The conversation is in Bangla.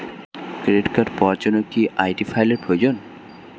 ক্রেডিট কার্ড পাওয়ার জন্য কি আই.ডি ফাইল এর প্রয়োজন?